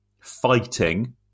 fighting